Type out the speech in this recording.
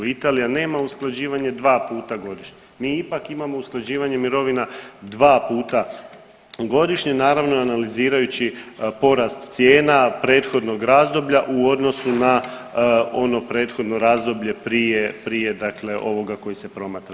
Italija nema usklađivanje dva puta godišnje, mi ipak imamo usklađivanje mirovina dva puta godišnje, naravno analizirajući porast cijena prethodnog razdoblja u odnosu na ono prethodno razdoblje prije ovoga koji se promatra.